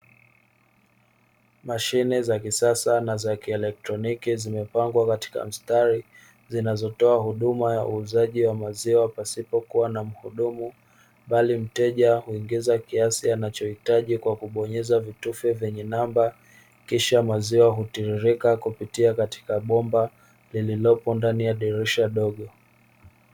Mashine za kisasa na za kielektroniki zimepangwa katika mstari zinazotoa huduma ya uuzaji wa maziwa pasipo kuwa na mhudumu, bali mteja huingiza kiasi anachohitaji kwa kubonyeza vitufe vyenye namba, kisha maziwa hutiririka kupitia katika bomba lililopo ndani ya dirisha dogo.